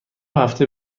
هفته